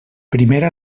primera